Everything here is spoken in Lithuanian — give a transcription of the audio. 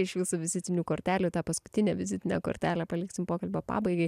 iš jūsų vizitinių kortelių tą paskutinę vizitinę kortelę paliksim pokalbio pabaigai